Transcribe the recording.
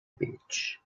beach